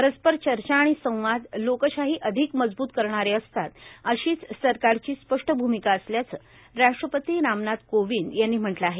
परस्पर चर्चा आणि संवाद लोकशाही अधिक मजबूत करणारे असतात अशीच सरकारची स्पष्ट भूमिका असल्याचं राष्ट्रपती रामनाथ कोविंद यांनी म्हटलं आहे